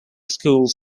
schools